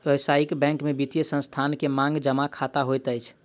व्यावसायिक बैंक में वित्तीय संस्थान के मांग जमा खता होइत अछि